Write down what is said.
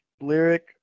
Lyric